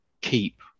keep